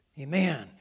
Amen